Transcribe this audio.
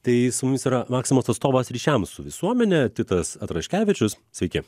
tai su mumis yra maksimos atstovas ryšiams su visuomene titas atraškevičius sveiki